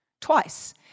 twice